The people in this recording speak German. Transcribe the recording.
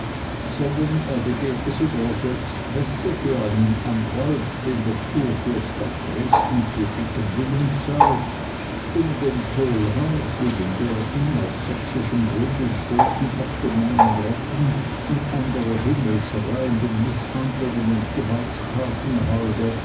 sondern er begehrte sogar selbst pässe für einen anwalt den der kurfürst nach dresden zu schicken willens sei um dem kohlhaas wegen der ihm auf sächsischem grund und boden abgenommenen rappen und anderer himmelschreienden mißhandlungen und gewalttaten halber